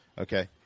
Okay